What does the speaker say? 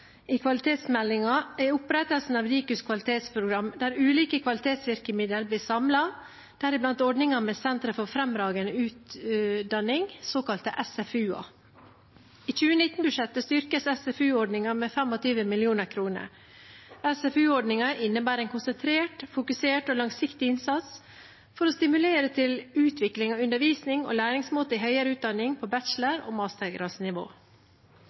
i stortingsmeldingen om kvalitet var opprettelsen av Dikus kvalitetsprogrammer, der ulike kvalitetsvirkemidler blir samlet, deriblant ordningen med Sentre for fremragende utdanning, såkalte SFU-er. I 2019-budsjettet styrkes SFU-ordningen med 25 mill. kr. SFU-ordningen innebærer en konsentrert, fokusert og langsiktig innsats for å stimulere til utvikling av undervisning og læringsmåter i høyere utdanning på bachelor- og